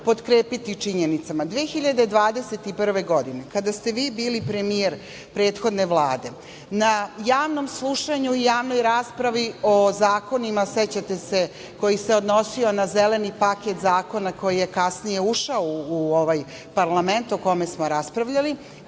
potkrepiti činjenicama. Godine 2021, kada ste vi bili premijer prethodne Vlade, na javnom slušanju i javnoj raspravi o zakonima, sećate se, koji se odnosio na zeleni paket zakona, koji je kasnije ušao u parlament, o kome smo raspravljali,